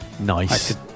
Nice